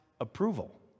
approval